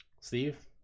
Steve